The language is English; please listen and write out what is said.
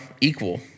equal